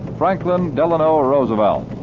franklin delano roosevelt.